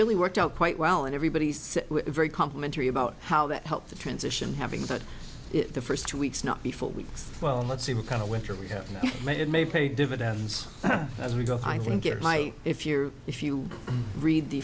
really worked out quite well and everybody's very complimentary about how that helped the transition having such the first two weeks not be four weeks well let's see what kind of winter we have made it may pay dividends as we go i think it might if you if you read the